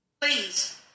Please